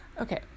Okay